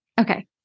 Okay